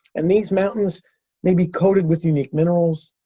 and these mountains may be coated with unique minerals.